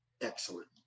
excellent